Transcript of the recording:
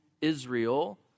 Israel